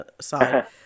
side